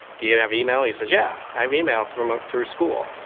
do you have email? he says, yeah. i have email through um ah through school.